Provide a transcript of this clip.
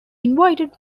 invited